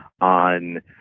on